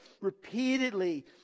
repeatedly